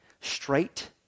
straight